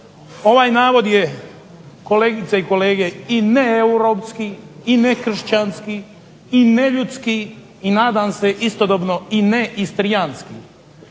Ovaj navod je kolegice i kolege i neeuropski i nekršćanski i neljudski i nadam se istodobno i neistrijanski.